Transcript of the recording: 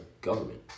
government